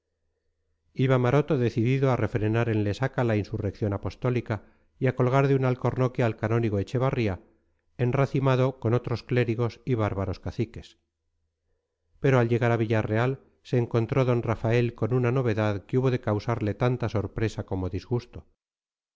detenerse iba maroto decidido a refrenar en lesaca la insurrección apostólica y a colgar de un alcornoque al canónigo echevarría enracimado con otros clérigos y bárbaros caciques pero al llegar a villarreal se encontró d rafael con una novedad que hubo de causarle tanta sorpresa como disgusto